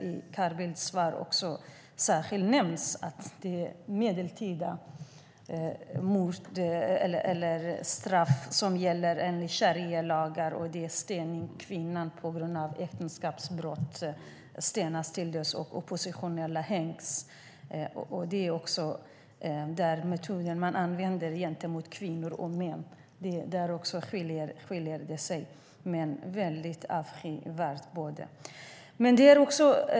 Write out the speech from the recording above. I Carl Bildts svar nämns särskilt att medeltida straff utdöms enligt sharialagar där kvinnor stenas till döds på grund av äktenskapsbrott och oppositionella hängs. Det är sådana metoder som används mot kvinnor och män. De skiljer sig åt, men båda är avskyvärda.